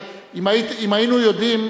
אם היינו יודעים,